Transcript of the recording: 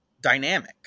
dynamic